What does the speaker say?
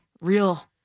real